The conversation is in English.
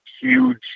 huge